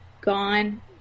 gone